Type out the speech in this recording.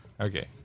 Okay